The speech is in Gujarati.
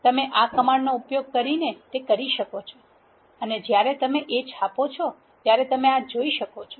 તમે આ કમાન્ડનો ઉપયોગ કરીને તે કરી શકો છો અને જ્યારે તમે A છાપો છો ત્યારે તમે આ જોઈ શકો છો